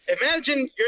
Imagine